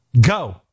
Go